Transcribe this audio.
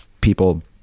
people